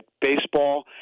baseball